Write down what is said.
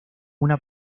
una